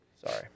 Sorry